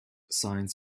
signs